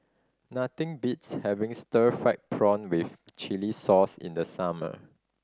nothing beats having stir fried prawn with chili sauce in the summer